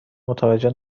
متوجه